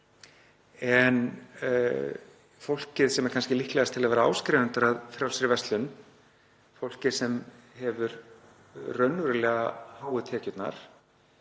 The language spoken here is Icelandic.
en fólkið sem er kannski líklegast til að vera áskrifendur að Frjálsri verslun, fólkið sem hefur raunverulega háu tekjurnar